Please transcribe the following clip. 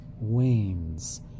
wanes